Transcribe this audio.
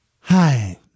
Hi